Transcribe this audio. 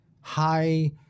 High